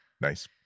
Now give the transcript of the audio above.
Nice